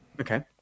Okay